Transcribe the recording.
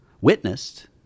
witnessed